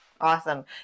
Awesome